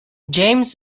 james